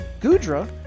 Gudra